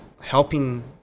helping